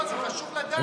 לא, זה חשוב לדעת.